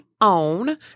OWN